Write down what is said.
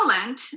Poland